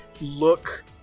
look